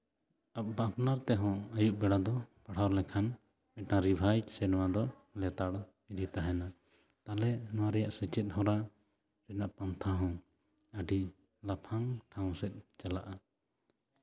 ᱟᱯᱱᱟᱨ ᱛᱮᱦᱚᱸ ᱟᱹᱭᱩᱵ ᱵᱮᱲᱟ ᱫᱚ ᱯᱟᱲᱦᱟᱣ ᱞᱮᱠᱷᱟᱱ ᱢᱤᱫᱴᱟᱱ ᱨᱤᱵᱷᱟᱭᱤᱪ ᱥᱮ ᱱᱚᱣᱟ ᱫᱚ ᱞᱮᱛᱟᱲ ᱜᱮ ᱛᱟᱦᱮᱸᱱᱟ ᱛᱟᱦᱞᱮ ᱱᱚᱣᱟ ᱨᱮᱭᱟᱜ ᱥᱮᱪᱮᱫ ᱦᱚᱨᱟ ᱨᱮᱱᱟᱜ ᱯᱟᱱᱛᱷᱟ ᱦᱚᱸ ᱟᱹᱰᱤ ᱞᱟᱯᱷᱟᱝ ᱴᱷᱟᱶ ᱥᱮᱫ ᱪᱟᱞᱟᱜᱼᱟ